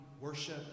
worship